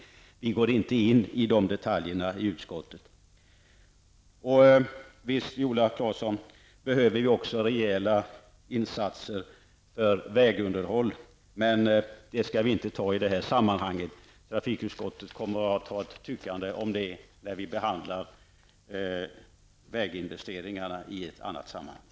Vi går inte in på de detaljerna i utskottet. Visst, Viola Claesson, behöver vi också rejäla insatser för vägunderhåll. Men det skall vi inte diskutera i det här sammanhanget. Trafikutskottet kommer att ta upp sådana satsningar om det när vi behandlar väginvesteringarna i ett annat sammanhang.